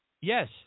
Yes